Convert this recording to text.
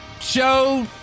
show